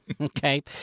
Okay